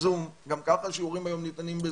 זום, ככה השיעורים היום ניתנים בזום,